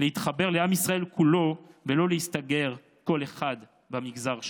להתחבר לעם ישראל כולו ולא להסתגר כל אחד במגזר שלו.